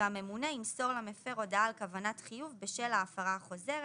והממונה ימסור למפר הודעה על כוונת חיוב בשל ההפרה החוזרת